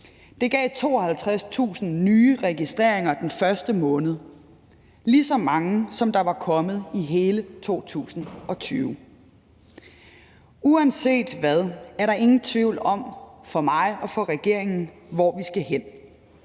Det gav 52.000 nye registreringer den første måned – lige så mange som der var kommet i hele 2020. Kl. 10:09 Uanset hvad er der for mig og for regeringen ingen